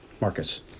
Marcus